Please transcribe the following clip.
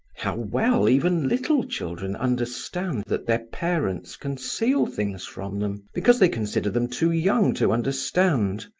how well even little children understand that their parents conceal things from them, because they consider them too young to understand!